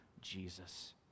Jesus